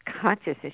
consciousness